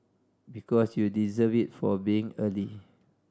because you deserve it for being early